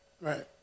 Right